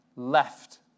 left